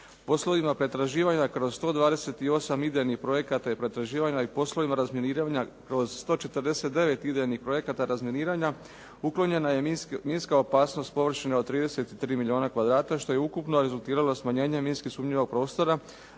Poslovima pretraživanja kroz 128 idejnih projekata i pretraživanja i poslovima razminiranja kroz 149 idejnih projekata razminiranja uklonjena je minska opasnost površine od 33 milijuna kvadrata, što je ukupno rezultiralo smanjenjem minsku sumnjivog prostora